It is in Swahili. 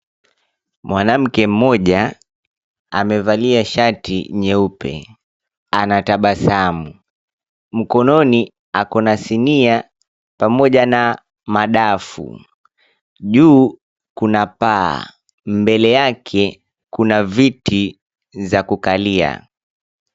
Mwanamke mmoja amevalia shati nyeupe anatabasamu. Mkononi ako na sinia pamoja na madafu. Juu kuna paa. Mbele yake kuna viti za kukalia.